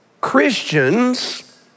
Christians